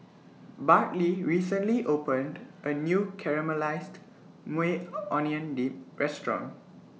Bartley recently opened A New Caramelized Maui Onion Dip Restaurant